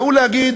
והוא להגיד: